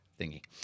thingy